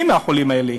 מי הם החולים האלה?